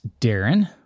Darren